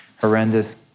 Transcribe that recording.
horrendous